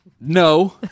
No